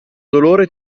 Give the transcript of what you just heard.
dolore